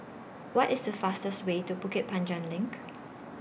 What IS The fastest Way to Bukit Panjang LINK